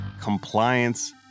compliance